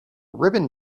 ribbon